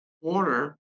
water